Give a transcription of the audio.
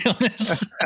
honest